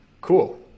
cool